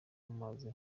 amazi